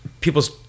people's